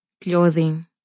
clothing